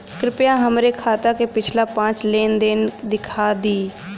कृपया हमरे खाता क पिछला पांच लेन देन दिखा दी